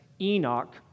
Enoch